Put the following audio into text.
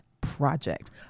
project